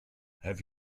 have